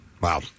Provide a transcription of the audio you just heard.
Wow